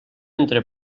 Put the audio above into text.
entre